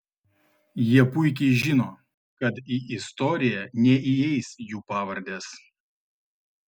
jie puikiai žino kad į istoriją neįeis jų pavardės